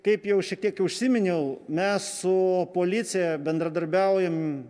kaip jau šiektiek užsiminiau mes su policija bendradarbiaujam